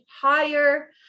higher